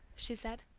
she said.